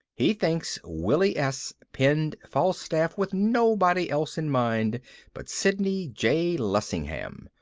he thinks willy s. penned falstaff with nobody else in mind but sidney j. lessingham.